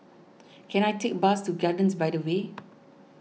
can I take a bus to Gardens by the Bay